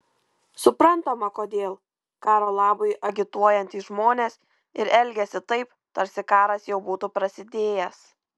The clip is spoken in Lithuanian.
suprantama kodėl karo labui agituojantys žmonės ir elgiasi taip tarsi karas jau būtų prasidėjęs